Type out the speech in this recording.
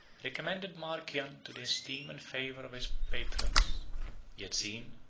recommended marcian to the esteem and favor of his patrons he had seen,